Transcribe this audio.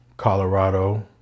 Colorado